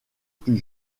plus